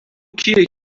کیه